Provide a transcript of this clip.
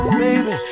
baby